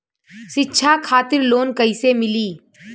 शिक्षा खातिर लोन कैसे मिली?